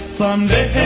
someday